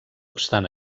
obstant